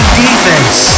defense